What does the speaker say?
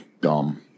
dumb